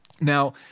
Now